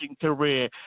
career